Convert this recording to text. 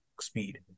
speed